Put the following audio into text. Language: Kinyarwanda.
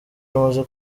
rumaze